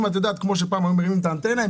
וכמו שפעם היו מרימים את האנטנה הם